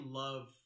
love